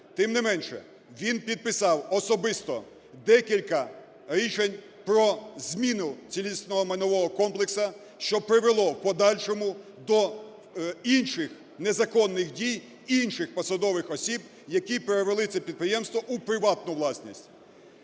Тим не менше він підписав особисто декілька рішень про зміну цілісного майнового комплексу, що привело в подальшому до інших незаконних дій інших посадових осіб, які перевели це підприємство у приватну власність.